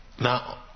Now